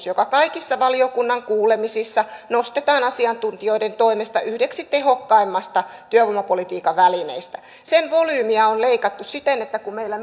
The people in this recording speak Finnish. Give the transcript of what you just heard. joka kaikissa valiokunnan kuulemisissa nostetaan asiantuntijoiden toimesta yhdeksi tehokkaimmista työvoimapolitiikan välineistä volyymia on leikattu siten että kun meillä